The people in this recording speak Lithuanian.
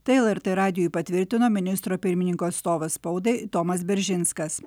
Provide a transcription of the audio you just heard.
tai lrt radijui patvirtino ministro pirmininko atstovas spaudai tomas beržinskas